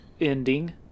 Ending